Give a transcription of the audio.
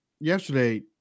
yesterday